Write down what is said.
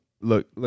look